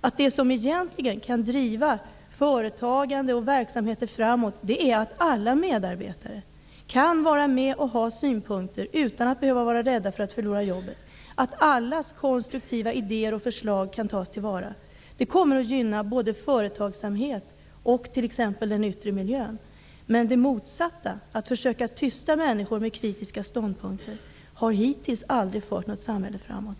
att det som egentligen kan driva företagande och verksamheter framåt är att alla medarbetare kan vara med och ha synpunkter utan att behöva vara rädda för att förlora jobbet, att allas konstruktiva ideér och förslag tas till vara. Det kommer att gynna både företagsamhet och t.ex. den yttre miljön. Men det motsatta, att försöka tysta människor med kritiska ståndpunkter, har hittills aldrig fört något samhälle framåt.